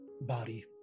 body